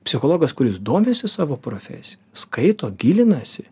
psichologas kuris domisi savo profesija skaito gilinasi